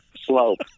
slope